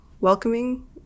welcoming